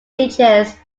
religious